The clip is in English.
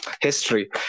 history